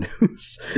news